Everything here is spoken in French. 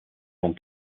dont